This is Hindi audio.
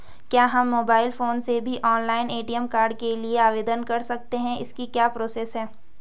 क्या हम मोबाइल फोन से भी ऑनलाइन ए.टी.एम कार्ड के लिए आवेदन कर सकते हैं इसकी क्या प्रोसेस है?